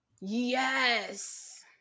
Yes